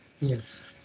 Yes